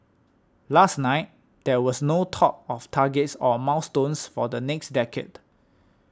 last night there was no talk of targets or milestones for the next decade